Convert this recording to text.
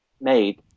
made